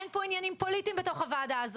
אין פה עניינים פוליטיים בוועדה.